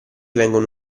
vengono